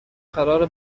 قراره